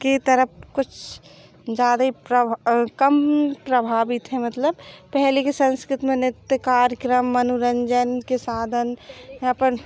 की तरफ कुछ ज़्यादा ही प्रभ कम प्रभावित हैं मतलब पहले के संस्कृति में नृत्य कार्यक्रम मनोरंजन के साधन हैं पन